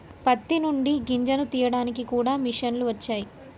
పత్తి నుండి గింజను తీయడానికి కూడా మిషన్లు వచ్చే